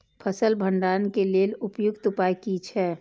फसल भंडारण के लेल उपयुक्त उपाय कि छै?